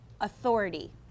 authority